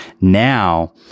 Now